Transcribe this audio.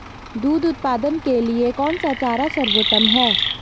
दूध उत्पादन के लिए कौन सा चारा सर्वोत्तम है?